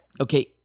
Okay